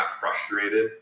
frustrated